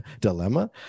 dilemma